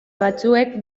batzuek